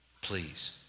Please